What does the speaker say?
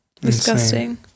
Disgusting